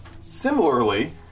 similarly